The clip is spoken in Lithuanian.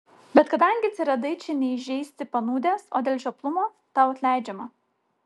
bet kadangi atsiradai čia ne įžeisti panūdęs o dėl žioplumo tau atleidžiama